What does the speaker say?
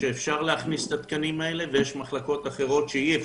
שאפשר להכניס את התקנים האלה ויש מחלקות אחרות שאי-אפשר.